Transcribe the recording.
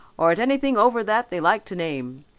or at anything over that they like to name.